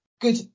good